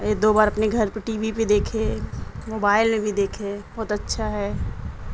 ایک دو بار اپنے گھر پہ ٹی وی پہ دیکھے موبائل میں بھی دیکھے بہت اچھا ہے